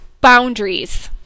Boundaries